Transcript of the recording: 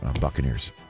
Buccaneers